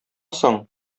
соң